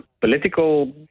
political